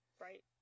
right